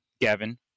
gavin